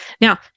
now